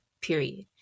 period